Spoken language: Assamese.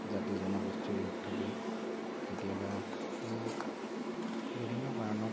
জাতি জনগোষ্ঠীৰ লোক থাকে কেতিয়াবা সেই বিভিন্ন কাৰণত